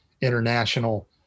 international